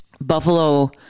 Buffalo